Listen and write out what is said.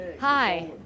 Hi